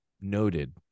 noted